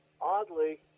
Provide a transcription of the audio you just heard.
oddly